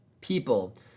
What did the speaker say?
people